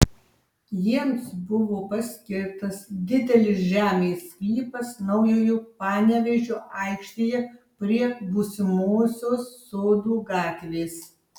jiems buvo paskirtas didelis žemės sklypas naujojo panevėžio aikštėje prie būsimosios sodų gatvės